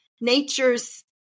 nature's